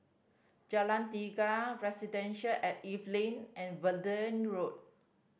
Jalan Tiga Residences at Evelyn and Verde Road